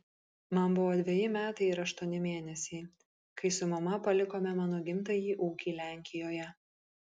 man buvo dveji metai ir aštuoni mėnesiai kai su mama palikome mano gimtąjį ūkį lenkijoje